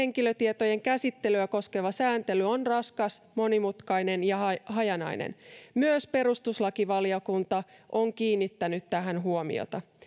henkilötietojen käsittelyä koskeva sääntely on raskas monimutkainen ja hajanainen myös perustuslakivaliokunta on kiinnittänyt tähän huomiota